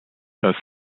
das